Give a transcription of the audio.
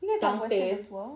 downstairs